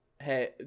hey